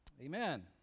Amen